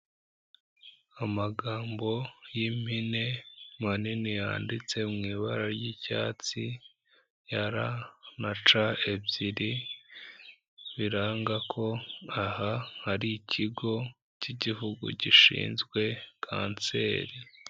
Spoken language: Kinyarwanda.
Amagambo y'impine manini yanditse mu ibara ry'icyatsi ya R na C ebyiri, biranga ko aha hari Ikigo cy'Igihugu gishinzwe Kanseri.